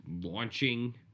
launching